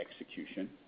execution